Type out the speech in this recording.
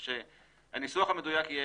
הניסוח המדויק,